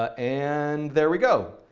ah and there we go.